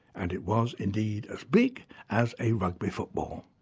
and it was indeed as big as a rugby football.